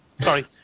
Sorry